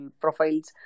profiles